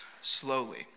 slowly